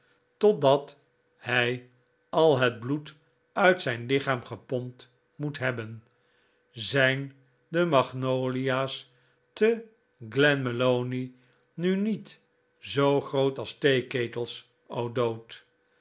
totdat hij al het bloed uit zijn lichaam gepompt moet hebben zijn de magnolia's te glenmalony nu niet zoo groot als theeketels o'dowd